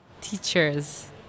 Teachers